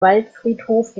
waldfriedhof